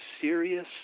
serious